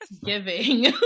giving